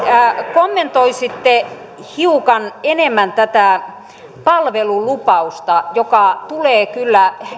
kommentoisitte hiukan enemmän tätä palvelulupausta joka tulee kyllä